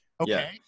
Okay